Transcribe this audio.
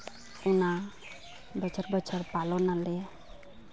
ᱚᱱᱟ ᱵᱚᱪᱷᱚᱨ ᱵᱚᱪᱷᱚᱨ ᱯᱟᱞᱚᱱ ᱟᱞᱮ